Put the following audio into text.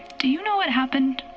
do you know what happened?